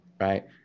right